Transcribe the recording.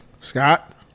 Scott